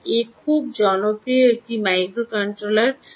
A খুব জনপ্রিয় একটি মাইক্রোকন্ট্রোলার